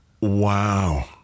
Wow